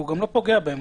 והוא גם לא פוגע בהם,